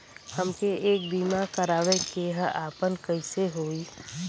हमके एक बीमा करावे के ह आपन कईसे होई?